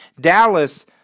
Dallas